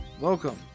Welcome